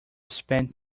spend